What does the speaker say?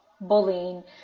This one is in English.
bullying